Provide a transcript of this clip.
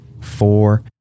Four